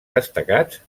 destacats